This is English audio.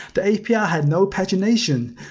the api ah had no pagination.